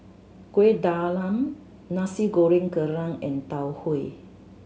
Kueh Talam Nasi Goreng Kerang and Tau Huay